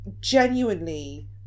genuinely